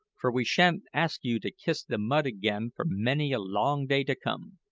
for we sha'n't ask you to kiss the mud again for many a long day to come!